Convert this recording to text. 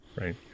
right